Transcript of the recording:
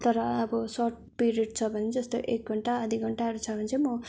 तर अब short period छ भने जस्तै एक घन्टा आधी घन्टाहरू छ भने चाहिँ म